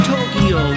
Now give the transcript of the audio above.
Tokyo